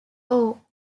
ore